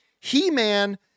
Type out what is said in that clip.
He-Man